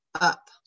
up